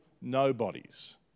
nobodies